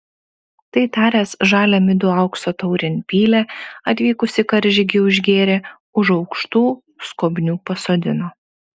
tai taręs žalią midų aukso taurėn pylė atvykusį karžygį užgėrė už aukštų skobnių pasodino